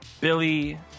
Billy